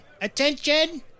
Attention